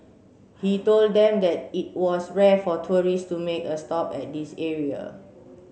he told them that it was rare for tourists to make a stop at this area